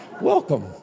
Welcome